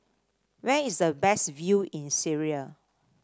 where is the best view in Syria